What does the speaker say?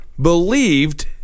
believed